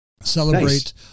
celebrate